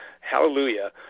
hallelujah